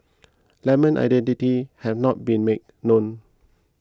lemon identity has not been made known